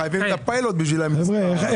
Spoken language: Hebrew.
חייבים את הפיילוט בשביל המספר.